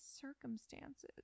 circumstances